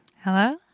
Hello